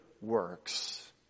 works